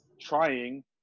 trying